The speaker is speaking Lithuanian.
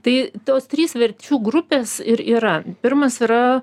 tai tos trys verčių grupės ir yra pirmas yra